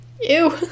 Ew